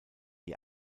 die